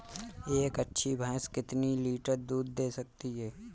एक अच्छी भैंस कितनी लीटर दूध दे सकती है?